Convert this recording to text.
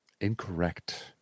Incorrect